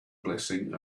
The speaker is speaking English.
blessing